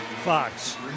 Fox